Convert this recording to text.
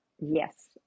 Yes